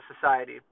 society